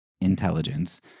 intelligence